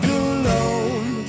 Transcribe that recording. alone